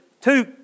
two